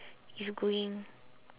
if you going